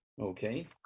Okay